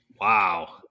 Wow